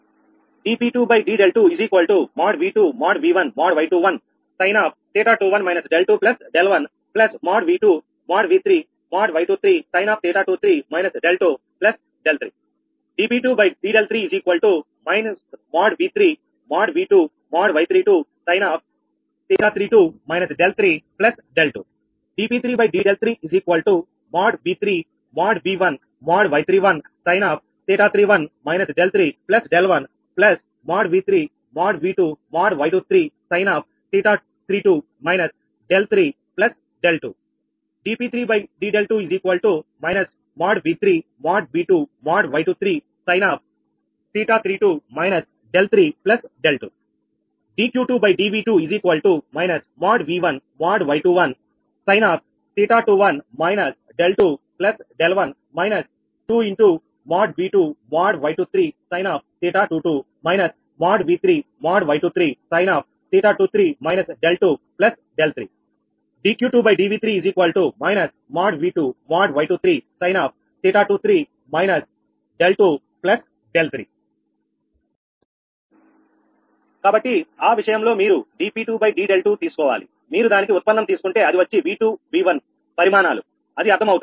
dp2d∂2|𝑉2||𝑉1||𝑌21| sin𝜃21 − 𝛿2 𝛿1 |𝑉2||𝑉3||𝑌23| sin𝜃23 − 𝛿2 𝛿3 dp2d∂3 |𝑉3||𝑉2||𝑌32| sin𝜃32 - 𝛿3 𝛿2 dp3d∂3|𝑉3||𝑉1||𝑌31| sin𝜃31 - 𝛿3 𝛿1 |𝑉3||𝑉2||𝑌23| sin𝜃32 - 𝛿3 𝛿2 dp3d∂2 |𝑉3||𝑉2||𝑌23| sin𝜃32 - 𝛿3 𝛿2 dQ2dV2 |𝑉1||𝑌21| sin𝜃21 - 𝛿2 𝛿1 2|𝑉2||𝑌23| sin𝜃22 |𝑉3||𝑌23| sin𝜃23 - 𝛿2 𝛿3 dQ2dV3 |𝑉2||𝑌23| sin𝜃23 - 𝛿2 𝛿3 కాబట్టి ఆ విషయంలో మీరు dp2d∂2తీసుకోవాలి మీరు దానికి ఉత్పన్నం తీసుకుంటే అది వచ్చి V2 V1 పరిమాణాలు అది అర్థం అవుతాయి